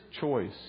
choice